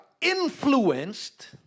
influenced